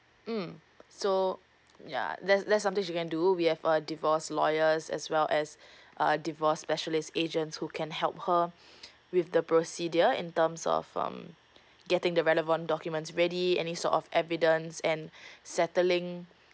um so ya that's that's something you can do we have uh divorce lawyers as well as uh divorce specialist agents who can help her with the procedure in terms of um getting the relevant documents ready any sort of evidence and settling